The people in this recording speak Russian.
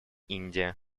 индия